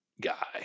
guy